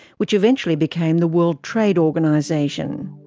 which eventually became the world trade organisation.